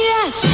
Yes